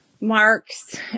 marks